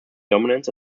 dominance